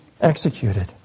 executed